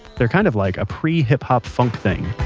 they're kind of like a pre-hiphop funk thing